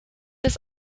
des